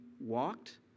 walked